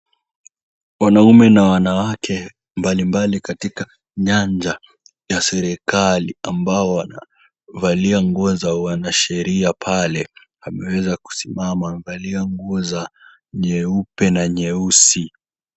Wanaume na wanawake mbalimbali katika nyanja ya serikali ambao wanavalia nguo za wanasheria pale ameweza kusimama. Amevalia nguo za nyeupe na nyeusi.